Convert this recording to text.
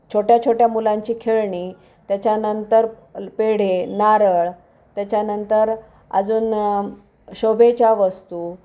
छोट्या छोट्या मुलांची खेळणी त्याच्यानंतर पेढे नारळ त्याच्यानंतर अजून शोभेच्या वस्तू